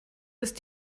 ist